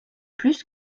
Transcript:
plus